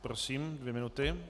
Prosím, dvě minuty.